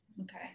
Okay